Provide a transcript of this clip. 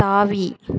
தாவி